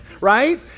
right